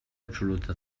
absoluta